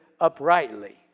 uprightly